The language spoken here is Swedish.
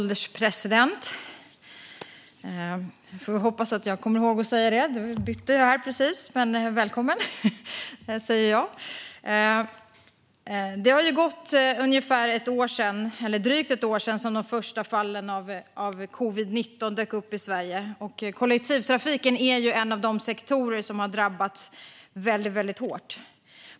Herr ålderspresident! Ett drygt år har gått sedan de första fallen av covid-19 dök upp i Sverige. Kollektivtrafiken är en av de sektorer som har drabbats väldigt hårt.